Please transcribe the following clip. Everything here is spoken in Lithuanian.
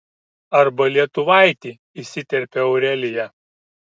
arba lietuvaitį įsiterpia aurelija